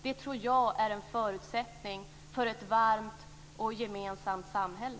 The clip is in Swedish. Det tror jag är en förutsättning för ett varmt och gemensamt samhälle.